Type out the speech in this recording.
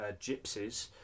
gypsies